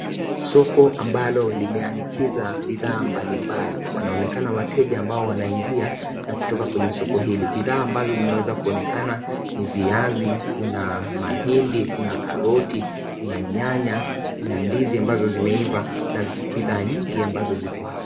Soko ambalo limeanikiza bidhaa mbalimbali. Wanaonekana wateja ambao wanaaingia na kutoka kwenye soko hili. Bidhaa ambazo zinaweza kuonekana ni viazi, kuna mahindi, kuna karoti, kuna nyanya, kuna ndizi ambazo zimeiva, na bidhaa nyingi ambazo ziko hapo.